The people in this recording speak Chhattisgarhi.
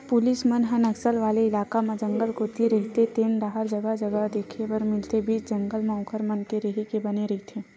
पुलिस मन ह नक्सल वाले इलाका म जंगल कोती रहिते तेन डाहर जगा जगा देखे बर मिलथे बीच जंगल म ओखर मन के रेहे के बने रहिथे